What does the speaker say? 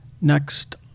next